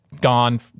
gone